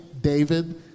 David